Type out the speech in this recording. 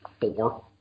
four